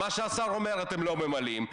מה שהשר אומר אתם לא ממלאים,